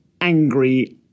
angry